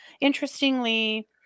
Interestingly